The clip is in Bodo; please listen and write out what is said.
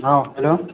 अ हेल'